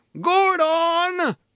Gordon